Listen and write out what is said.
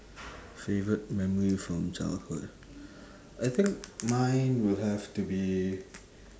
favourite memory from childhood I think mine will have to be